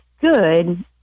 good